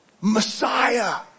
Messiah